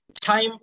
time